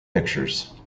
pictures